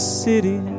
city